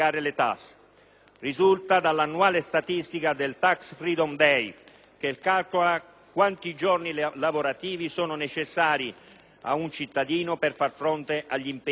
Risulta dall'annuale statistica del *tax freedom day*, che calcola quanti giorni lavorativi sono necessari a un cittadino per far fronte agli impegni fiscali.